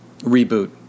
reboot